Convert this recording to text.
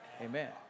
Amen